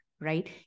right